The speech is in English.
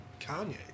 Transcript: Kanye